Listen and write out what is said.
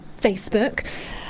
Facebook